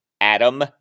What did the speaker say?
Adam